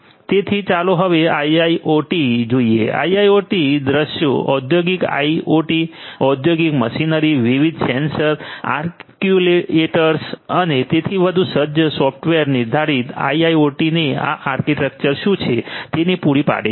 તેથી ચાલો હવે આઇઆઇઓટી જોઈએ આઇઆઇઓટી દૃશ્યો ઔદ્યોગિક આઇઓટી ઔદ્યોગિક મશીનરી વિવિધ સેન્સર એક્ટ્યુએટર્સ અને તેથી વધુ સજ્જ સોફ્ટવૅર નિર્ધારિત IIoT ને આ આર્કિટેક્ચર શું છે તેની પૂરી પાડે છે